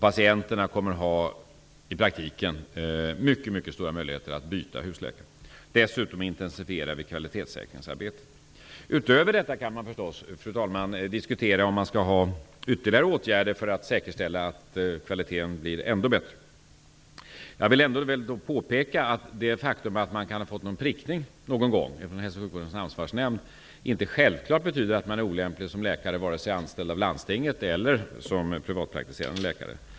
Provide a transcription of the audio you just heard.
Patienterna kommer i praktiken att ha mycket stora möjligheter att byta husläkare. Dessutom intensifierar vi kvalitetssäkringsarbetet. Fru talman! Utöver detta kan man naturligtvis diskutera om man skall ha ytterligare åtgärder för att säkerställa att kvaliteten blir ännu högre. Jag vill påpeka att det faktum att en läkare någon gång kan ha fått en prickning från Hälso och sjukvårdens ansvarsnämnd inte självklart betyder att han eller hon är olämplig som läkare, vare sig som anställd av landstinget eller privatpraktiserande.